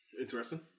Interesting